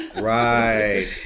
right